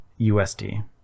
USD